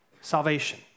salvation